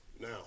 now